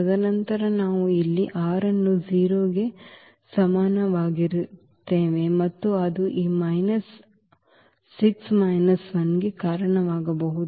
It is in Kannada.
ತದನಂತರ ನಾವು ಇಲ್ಲಿ 6 ಅನ್ನು 0 ಕ್ಕೆ ಸಮನಾಗಿರುತ್ತೇವೆ ಮತ್ತು ಅದು ಈ ಮೈನಸ್ 6 ಮೈನಸ್ 1 ಗೆ ಕಾರಣವಾಗಬಹುದು